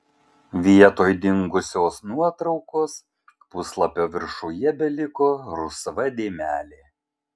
vietoj dingusios nuotraukos puslapio viršuje beliko rusva dėmelė